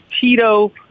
Tito